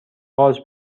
قارچ